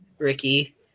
Ricky